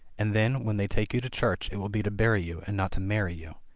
and then when they take you to church it will be to bury you, and not to marry you.